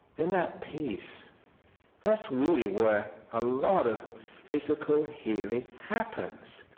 in that peace that's really where a lot of physical healing happens.